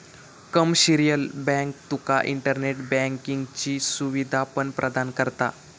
commercial bank तुका internet बँकिंगची सुवीधा पण प्रदान करता